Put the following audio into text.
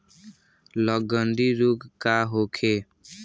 लगंड़ी रोग का होखे?